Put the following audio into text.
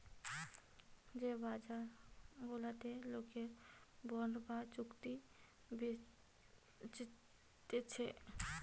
যে বাজার গুলাতে লোকে বন্ড বা চুক্তি বেচতিছে